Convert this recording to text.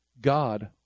God